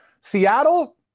Seattle